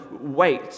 wait